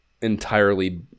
entirely